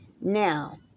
Now